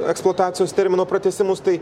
eksploatacijos termino pratęsimus tai